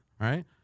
right